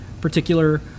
particular